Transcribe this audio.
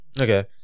Okay